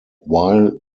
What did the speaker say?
while